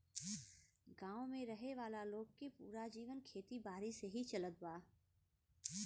गांव में रहे वाला लोग के पूरा जीवन खेती बारी से ही चलत बा